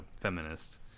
feminist